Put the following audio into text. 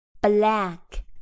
Black